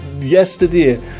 yesterday